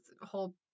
whole